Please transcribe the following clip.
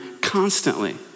constantly